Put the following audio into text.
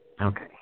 Okay